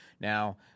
Now